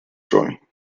schon